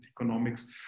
Economics